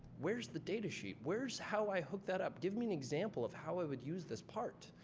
where's the data sheet? where's how i hook that up? give me an example of how i would use this part.